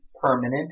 permanent